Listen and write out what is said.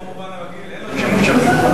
במובן הרגיל אין לו שימוש,